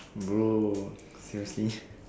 bro seriously